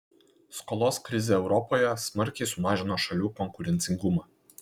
skolos krizė europoje smarkiai sumažino šalių konkurencingumą